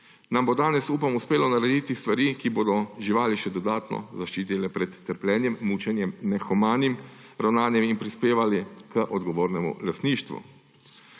nam bo danes, upam, uspelo narediti stvari, ki bodo živali še dodatno zaščitile pred trpljenjem, mučenjem, nehumanim ravnanjem in prispevale k odgovornemu lastništvu.